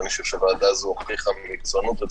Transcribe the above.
ואני חושב שהוועדה הזאת הוכיחה רצינות.